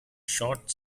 short